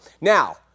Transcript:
Now